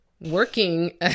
working